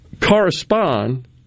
correspond